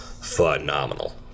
Phenomenal